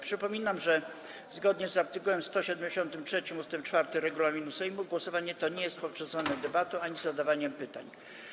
Przypominam, że zgodnie z art. 173 ust. 4 regulaminu Sejmu głosowanie to nie jest poprzedzone debatą ani zadawaniem pytań.